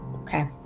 Okay